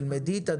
תלמדי את זה